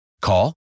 Call